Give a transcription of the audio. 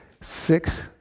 six